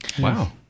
wow